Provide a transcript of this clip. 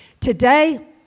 Today